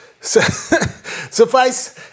Suffice